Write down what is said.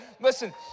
listen